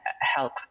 help